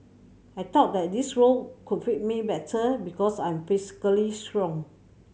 I thought that this role could fit me better because I'm physically strong